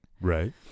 Right